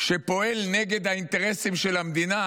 שפועל נגד האינטרסים של המדינה,